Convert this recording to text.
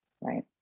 right